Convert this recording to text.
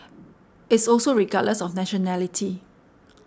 it's also regardless of nationality